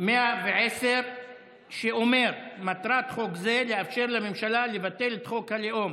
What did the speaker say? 110 אומרת: "מטרת חוק זה לאפשר לממשלה לבטל את חוק הלאום".